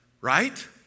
right